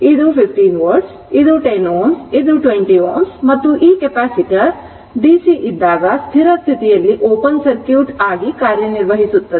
ಇದು 15 ವೋಲ್ಟ್ ಇದು 10 Ω ಇದು 20 Ω ಮತ್ತು ಈ ಕೆಪಾಸಿಟರ್ ಡಿಸಿ ಇದ್ದಾಗ ಸ್ಥಿರ ಸ್ಥಿತಿಯಲ್ಲಿ ಓಪನ್ ಸರ್ಕ್ಯೂಟ್ ಆಗಿ ಕಾರ್ಯನಿರ್ವಹಿಸುತ್ತಿದೆ